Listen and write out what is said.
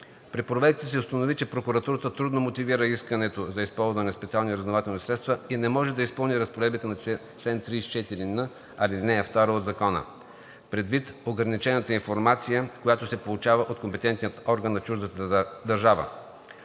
При проверките се установи, че прокуратурата трудно мотивира искането за използване на специални разузнавателни средства и не може да изпълни разпоредбите на чл. 34н, ал. 2 от Закона предвид ограничената информация, която се получава от компетентния орган на чуждата държава.